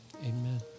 amen